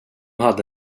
hade